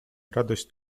radość